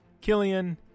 Killian